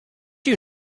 you